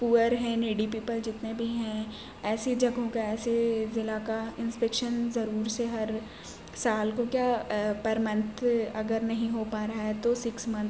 پور ہیں needy people جتنے بھی ہیں ایسی جگہوں کا ایسے ضلع کا انسپیکشن ضرور سے ہر سال کو کیا پر منتھ اگر نہیں ہو پا رہا ہے تو سکس منتھ